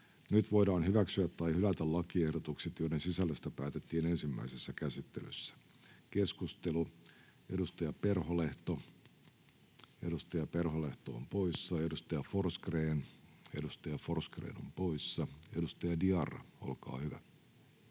Nyt voidaan hyväksyä tai hylätä lakiehdotukset, joiden sisällöstä päätettiin ensimmäisessä käsittelyssä. — Keskustelu, edustaja Perholehto poissa, edustaja Forsgrén poissa, edustaja Berg poissa.